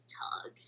tug